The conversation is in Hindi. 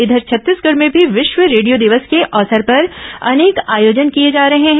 इधर छत्तीसगढ़ में भी विश्व रेडियो दिवस के अवसर पर अनेक आयोजन किए जा रहे हैं